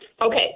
Okay